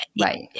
right